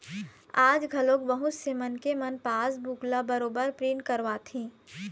आज घलोक बहुत से मनखे मन पासबूक ल बरोबर प्रिंट करवाथे